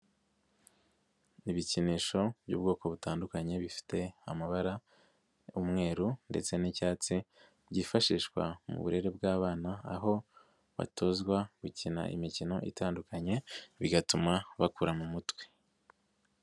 Ibikinisho by'ubwoko butandukanye bifite amabara umweru ndetse n'icyatsi byifashishwa mu burere bw'abana aho batozwa gukina imikino itandukanye bigatuma bakura mu mutwe.